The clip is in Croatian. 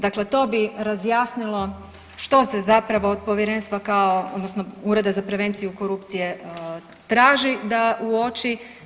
Dakle, to bi razjasnilo što se zapravo od povjerenstva kao odnosno Ureda za prevenciju korupcije traži da uoči.